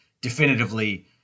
definitively